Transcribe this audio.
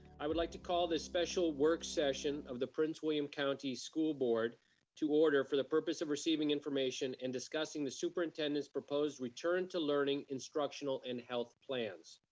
i would like to call this special work session of the prince william county school board to order for the purpose of receiving information and discussing the superintendent's proposed return to learning instructional and health plans.